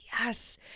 yes